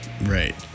right